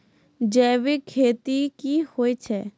जैविक खेती की होय छै?